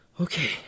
Okay